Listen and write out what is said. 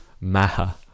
Maha